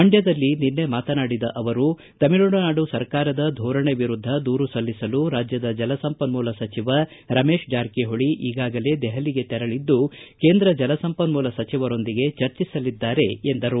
ಮಂಡ್ಕದಲ್ಲಿ ನಿನ್ನೆ ಮಾತನಾಡಿದ ಅವರು ತಮಿಳುನಾಡು ಸರ್ಕಾರದ ಧೋರಣೆ ವಿರುದ್ದ ದೂರು ಸಲ್ಲಿಸಲು ರಾಜ್ಯದ ಜಲ ಸಂಪನ್ನೂಲ ಸಚಿವ ರಮೇಶ್ ಜಾರಕಿಹೊಳಿ ಈಗಾಗಲೇ ದೆಹಲಿಗೆ ತೆರಳಿದ್ದು ಕೇಂದ್ರ ಜಲ ಸಂಪನ್ಮೂಲ ಸಚಿವರೊಂದಿಗೆ ಚರ್ಚಿಸಲಿದ್ದಾರೆ ಎಂದರು